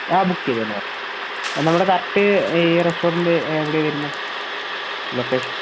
ആ ബുക്ക് ചെയ്തോളൂ മാം ആ നമ്മുടെ കറക്റ്റ് ഈ റെസ്റ്റോറൻറ് എവിടെയാണ് വരുന്നത് ലൊക്കേഷൻ